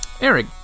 Eric